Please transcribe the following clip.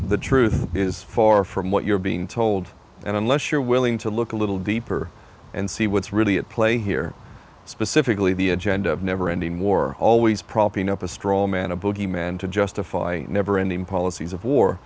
the truth is far from what you're being told and unless you're willing to look a little deeper and see what's really at play here specifically the agenda of never ending war always propping up a straw man a bogeyman to justify never ending policies of war